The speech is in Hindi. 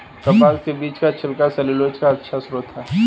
कपास के बीज का छिलका सैलूलोज का अच्छा स्रोत है